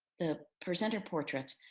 the presenter portraits.